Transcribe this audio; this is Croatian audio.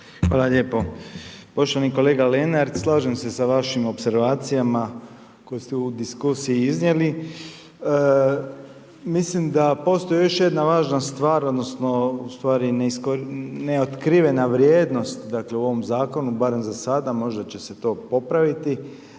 Hvala lijepo. Poštovani kolega Lenart, slažem se sa vašim opservacijama koje ste u diskusiji iznijeli. Mislim da postoji još jedna stvar odnosno ustvari neotkrivena vrijednost dakle u ovom zakonu, barem za sada, možda će se to popraviti,